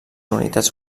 unitats